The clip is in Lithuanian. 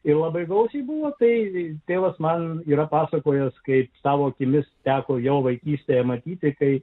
ir labai gausiai buvo tai tėvas man yra pasakojęs kaip tavo akimis teko jau vaikystėje matyti kai